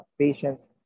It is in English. patients